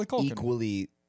Equally